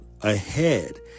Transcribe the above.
ahead